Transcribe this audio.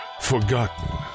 Forgotten